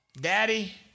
daddy